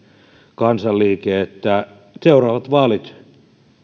kansanliike toivomme että seuraavat vaalit